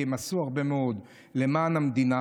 כי הם עשו הרבה מאוד למען המדינה.